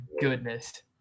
goodness